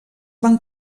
van